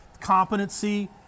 competency